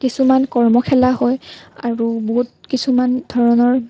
কিছুমান কৰ্মশালা হয় আৰু বহুত কিছুমান ধৰণৰ